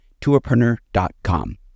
tourpreneur.com